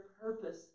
purpose